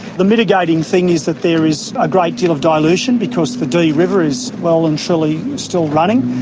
the mitigating thing is that there is a great deal of dilution because the dee river is well and truly still running,